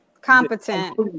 Competent